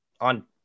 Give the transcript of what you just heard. on